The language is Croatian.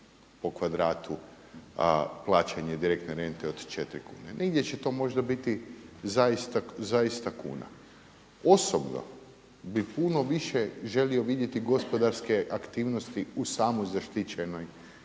po kvadratu plaćanje direktne rente od 4 kune. Negdje će to možda biti zaista kuna. Osobno bi puno više želio vidjeti gospodarske aktivnosti u samoj zaštićenoj